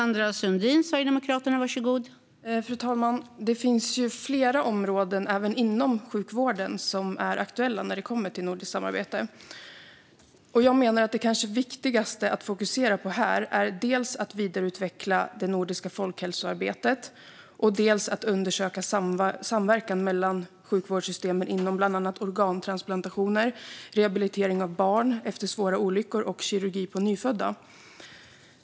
Fru talman! Det finns flera områden, även inom sjukvården, som är aktuella när det kommer till nordiskt samarbete. Jag menar att det viktigaste att fokusera på här är dels att utveckla det nordiska folkhälsoarbetet, dels att undersöka samverkan mellan sjukvårdssystemen inom bland annat organtransplantationer, rehabilitering av barn efter svåra olyckor och kirurgi på nyfödda.